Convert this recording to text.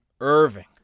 Irving